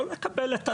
לא לקבל את הדברים.